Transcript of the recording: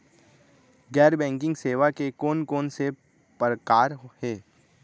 गैर बैंकिंग सेवा के कोन कोन से प्रकार हे?